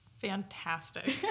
Fantastic